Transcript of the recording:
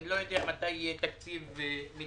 אני לא יודע מתי יהיה תקציב מדינה